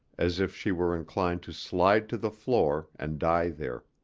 as if she were inclined to slide to the floor and die there.